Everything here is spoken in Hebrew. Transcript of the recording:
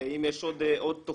האם יש עוד תכנית?